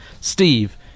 Steve